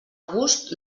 gust